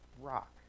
rock